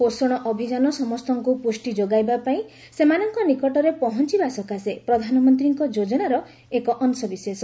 ପୋଷଣ ଅଭିଯାନ ସମସ୍ତଙ୍କୁ ପୁଷ୍ଟି ଯୋଗାଇବା ପାଇଁ ସେମାନଙ୍କ ନିକଟରେ ପହଞ୍ଚବା ସକାଶେ ପ୍ରଧାନମନ୍ତ୍ରୀଙ୍କ ଯୋଜନାର ଏକ ଅଂଶ ବିଶେଷ